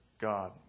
God